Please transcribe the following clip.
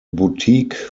boutique